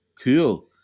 Cool